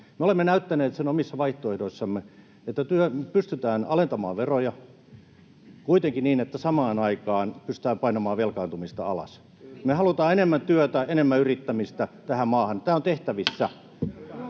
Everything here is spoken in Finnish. Me olemme näyttäneet sen omissa vaihtoehdoissamme, että pystytään alentamaan veroja, kuitenkin niin että samaan aikaan pystytään painamaan velkaantumista alas. Me halutaan enemmän työtä ja enemmän yrittämistä tähän maahan. Tämä on tehtävissä.